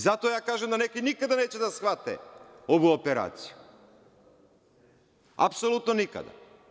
Zato ja kažem da neki nikada neće da shvate ovu operaciju, apsolutno nikada.